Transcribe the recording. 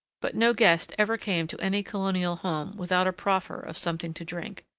but no guest ever came to any colonial home without a proffer of something to drink.